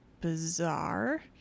bizarre